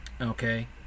okay